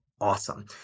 awesome